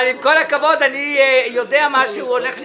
אבל, עם כל הכבוד, אני יודע מה שהוא הולך לשאול,